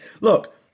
look